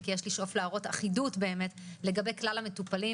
וכי יש לשאוף להראות אחידות לגבי כלל המטופלים.